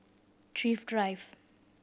Thrift Drive